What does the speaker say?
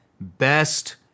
best